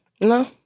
No